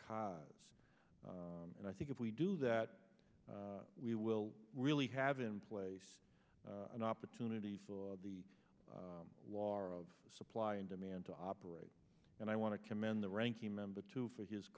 cars and i think if we do that we will really have in place an opportunity for the wara of supply and demand to operate and i want to commend the ranking member too for his